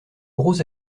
gros